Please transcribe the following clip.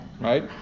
right